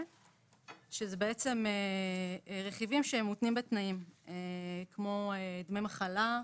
כאשר אלה רכיבים שמותנים בתנאים כמו דמי מחלה,